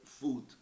food